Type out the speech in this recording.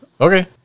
Okay